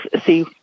see